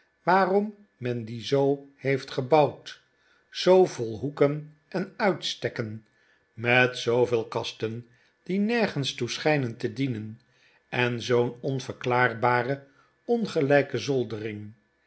waarom men die zoo heeft gebouwd zoo vol hoeken en uitstekken met zooveel kasten die nergens toe schijnen te dienen en zoo'n onverklaarbare ongelijke